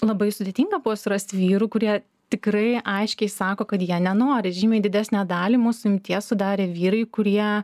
labai sudėtinga bus surasti vyrų kurie tikrai aiškiai sako kad jei nenori žymiai didesnę dalį mūsų imties sudarė vyrai kurie